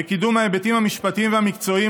בקידום ההיבטים המשפטיים והמקצועיים